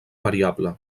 variable